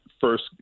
first